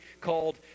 called